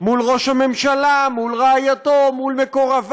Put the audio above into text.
מול ראש הממשלה, מול רעייתו, מול מקורביו.